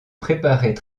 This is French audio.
préparaient